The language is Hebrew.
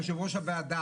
יושב-ראש הוועדה,